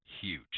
huge